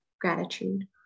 gratitude